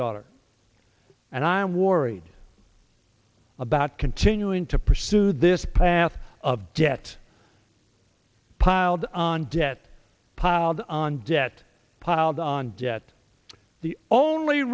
daughter and i'm worried about continuing to pursue this path of debt piled on debt piled on debt piled on debt the only